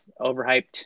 overhyped